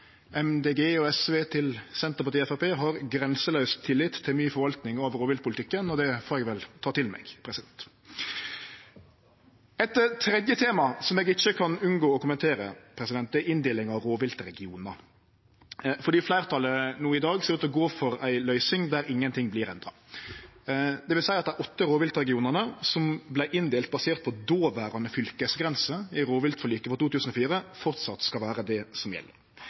og SV til Senterpartiet og Framstegspartiet, har grenselaus tillit til mi forvalting av rovviltpolitikken, og det får eg vel ta til meg. Eit tredje tema som eg ikkje kan unngå å kommentere, er inndelinga av rovviltregionar, for fleirtalet no i dag ser ut til å gå for ei løysing der ingenting vert endra. Det vil seie at dei åtte rovviltregionane som vart inndelte basert på dåverande fylkesgrenser i rovviltforliket fra 2004, framleis skal vere det som gjeld.